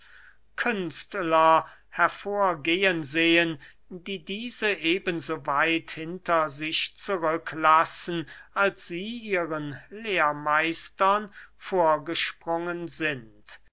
künstler hervorgehen sehen die diese eben so weit hinter sich zurücklassen als sie ihren lehrmeistern vorgesprungen sind